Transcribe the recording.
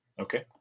okay